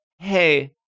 Hey